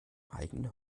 eigene